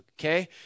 okay